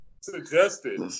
suggested